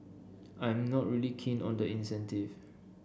I'm not really keen on the incentive